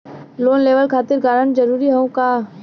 Loan लेवब खातिर guarantor जरूरी हाउ का?